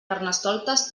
carnestoltes